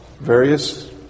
various